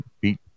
beat